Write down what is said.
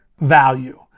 value